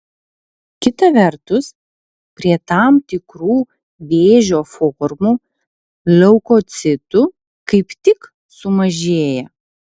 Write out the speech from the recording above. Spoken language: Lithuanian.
kita vertus prie tam tikrų vėžio formų leukocitų kaip tik sumažėja